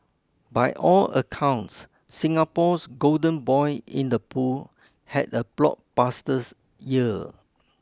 by all accounts Singapore's golden boy in the pool had a blockbuster year